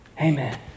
amen